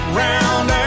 round